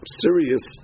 serious